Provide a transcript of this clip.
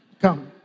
Come